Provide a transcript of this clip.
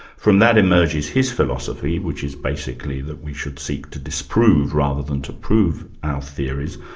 from that emerges his philosophy, which is basically that we should seek to disprove rather than to prove our theories.